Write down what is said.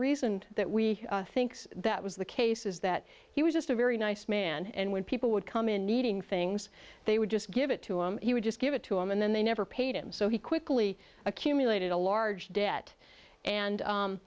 reason that we think that was the case is that he was just a very nice man and when people would come in needing things they would just give it to him he would just give it to him and then they never paid him so he quickly accumulated a large debt and